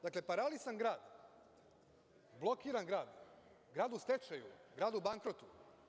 Dakle, paralisan grad, blokiran grad, grad u stečaju, grad u bankrotu.